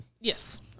Yes